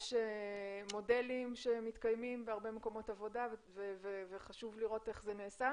יש מודלים שמתקיימים בהרבה מקומות עבודה וחשוב לראות איך זה נעשה.